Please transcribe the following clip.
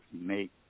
make